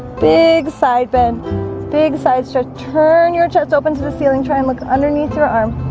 big side bend big side should turn your chest open to the ceiling try and look underneath your arm